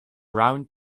round